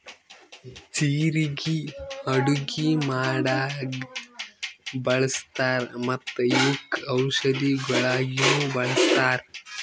ಜೀರಿಗೆ ಅಡುಗಿ ಮಾಡಾಗ್ ಬಳ್ಸತಾರ್ ಮತ್ತ ಇವುಕ್ ಔಷದಿಗೊಳಾಗಿನು ಬಳಸ್ತಾರ್